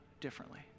differently